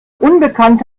unbekannte